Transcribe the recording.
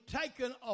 taken